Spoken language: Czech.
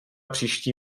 příští